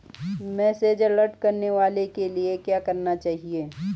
Message alert करवाने के लिए क्या करना होगा?